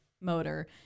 Motor